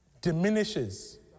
diminishes